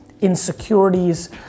insecurities